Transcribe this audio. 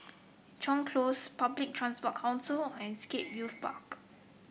Chuan Close Public Transport Council and Scape Youth Park